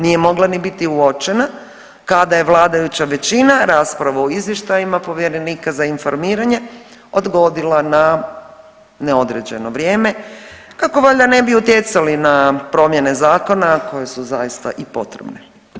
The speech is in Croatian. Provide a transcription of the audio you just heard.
Nije mogla ni biti uočena kada je vladajuća većina raspravu o izvještajima povjerenika za informiranje odgodila na neodređeno vrijeme kako valjda ne bi utjecali na promjene zakona koje su zaista i potrebne.